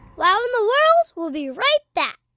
wow in the world will be right back.